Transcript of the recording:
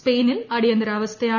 സ്പെയിനിൽ അടിയന്തരാവസ്ഥയാണ്